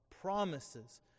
promises